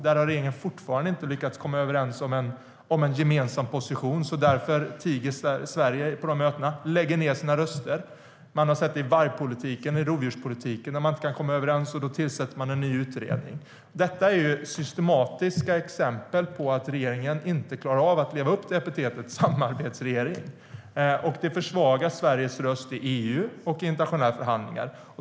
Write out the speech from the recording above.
Där har regeringen fortfarande inte lyckats komma överens om en gemensam position. Därför tiger Sverige på dessa möten och lägger ned sina röster. Vi har sett det i vargpolitiken och rovdjurspolitiken, där man inte kan komma överens. Då tillsätter man en ny utredning. Detta är systematiska exempel på att regeringen inte klarar av att leva upp till epitetet samarbetsregering. Det försvagar Sveriges röst i EU och i internationella förhandlingar.